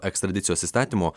ekstradicijos įstatymo